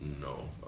no